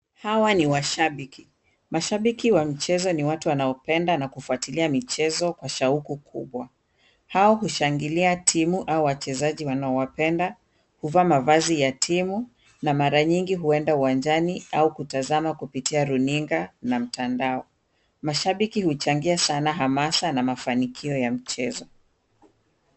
Hawa ni washabiki. Mashabiki wa michezo ni watu wanaopenda na kufuatilia michezo kwa shauku kubwa. Hao hushangilia timu au wachezaji wanaowapenda, kuvaa mavazi ya timu na mara nyingi huenda uwanjani au kutazama kupitia runinga na mtandao. Mashabiki huchangia sana hamasa na mafanikio ya michezo.